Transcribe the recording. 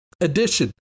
Edition